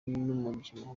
n’umubyibuho